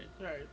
Right